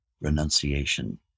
renunciation